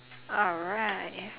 alright